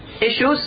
issues